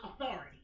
authority